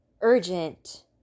urgent